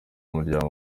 umuryango